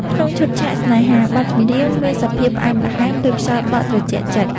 ក្នុងឈុតឆាកស្នេហា បទចម្រៀងមានសភាពផ្អែមល្ហែមដូចខ្យល់បក់ត្រជាក់ចិត្ត។